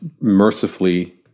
mercifully